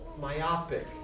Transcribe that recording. myopic